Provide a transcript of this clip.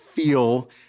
feel